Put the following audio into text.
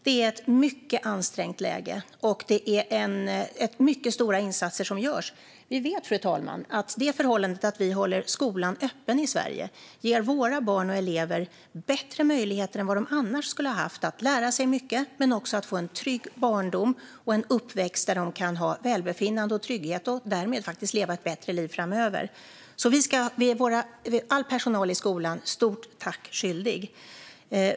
Det är ett mycket ansträngt läge, och det är mycket stora insatser som görs. Vi vet, fru talman, att det förhållandet att vi håller skolan öppen i Sverige ger våra barn och elever bättre möjligheter än vad de annars skulle ha haft att lära sig mycket men också att få en trygg barndom och en uppväxt där de kan ha välbefinnande och trygghet och därmed leva ett bättre liv framöver. Vi är all personal i skolan stort tack skyldiga.